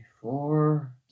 four